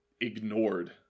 ignored